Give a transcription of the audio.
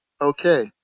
okay